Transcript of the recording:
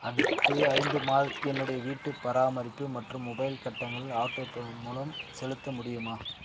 அடுத்து ஐந்து மாதத்துக்கு என்னுடைய வீட்டுப் பராமரிப்பு மற்றும் மொபைல் கட்டணங்களை ஆட்டோபே மூலம் செலுத்த முடியுமா